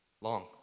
long